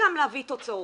וגם להביא תוצאות.